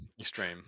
Extreme